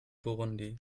burundi